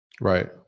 right